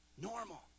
normal